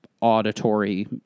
auditory